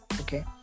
okay